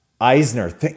Eisner